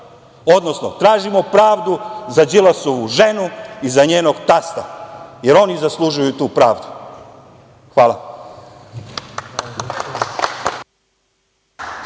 odnosno tražimo pravdu za Đilasovu ženu i za njenog tasta, jer oni zaslužuju tu pravdu. Hvala.